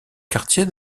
quartier